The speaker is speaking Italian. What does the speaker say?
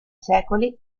secoli